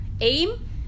aim